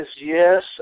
yes